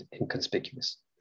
inconspicuous